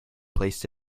placed